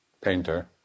painter